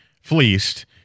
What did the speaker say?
fleeced